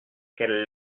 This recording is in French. quelle